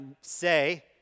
say